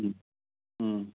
ꯎꯝ ꯎꯝ